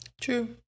true